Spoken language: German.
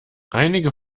einige